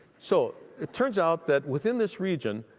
so, it turns out that within this region,